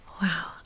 Wow